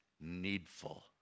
needful